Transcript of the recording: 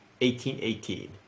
1818